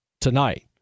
tonight